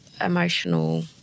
emotional